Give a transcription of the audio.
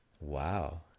Wow